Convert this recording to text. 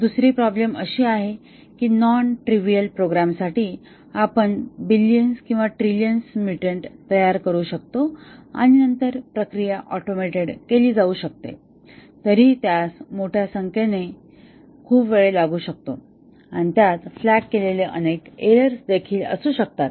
दुसरी प्रॉब्लेम अशी आहे की नॉन त्रिविअल प्रोग्रॅमासाठी आपण बिलिअन्स किंवा ट्रिलियन म्यूटंट तयार करू शकतो आणि नंतर प्रक्रिया ऑटोमेटेड केली जाऊ शकते तरीही त्यास मोठ्या संख्येने प्रचंड वेळ लागू शकतो आणि त्यात फ्लॅग केलेले अनेक एर्रोर्स देखील असू शकतात